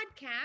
Podcast